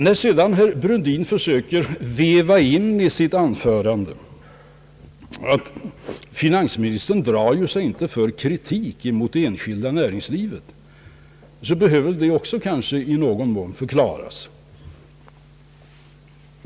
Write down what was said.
När herr Brundin sedan försöker väva in i sitt anförande att »finansministern ju inte drar sig för kritik mot det enskilda näringslivet», så behöver det kanske också i någon mån förklaras.